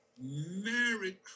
Merry